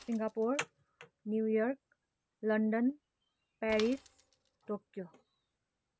Singapore New York London Paris Tokyo